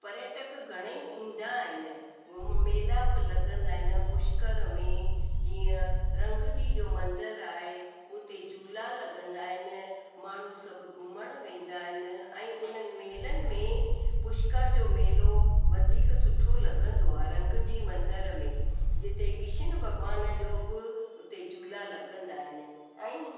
पर्यटक घणेई ईंदा आहिनि म म मेला बि लॻंदा आहिनि ऐं पुष्कर में जीअं रंग जी जो मंदरु आहे हुते झूला लॻंदा आहिनि माण्हू सभु घुमण वेंदा आहिनि ऐं उन्हनि मेलनि में पुष्कर जो मेलो वधीक सुठो लॻंदो आहे रंग जी मंदर में जिते कृष्ण भॻवान जो बि हुते झूला लॻंदा आहिनि ऐं